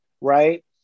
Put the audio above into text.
right